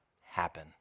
happen